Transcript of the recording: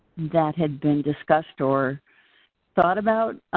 that had been discussed or thought about,